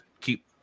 keep